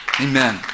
Amen